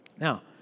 Now